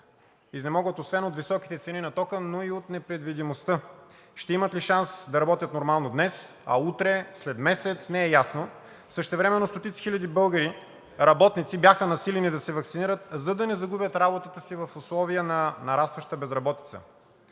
изнемогват освен от високите цени на тока, но и от непредвидимостта. Ще имат ли шанс да работят нормално днес, утре, след месец – не е ясно. Същевременно стотици хиляди български работници бяха насилени да се ваксинират, за да не загубят работата си в условията на нарастваща безработица.